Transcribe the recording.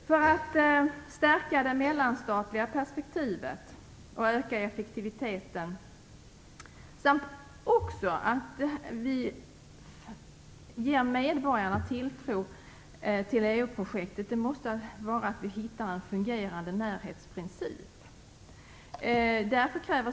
För att stärka det mellanstatliga perspektivet och öka effektiviteten samt för att ge medborgarna tilltro till EU-projektet måste vi hitta en fungerande närhetsprincip.